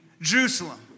Jerusalem